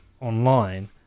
online